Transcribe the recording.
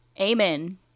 Amen